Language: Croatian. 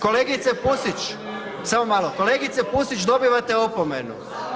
Kolegice Pusić, samo malo, kolegice Pusić, dobivate opomenu.